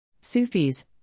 Sufis